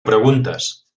preguntes